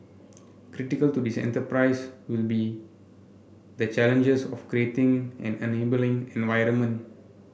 critical to this enterprise will be the challenges of creating an enabling environment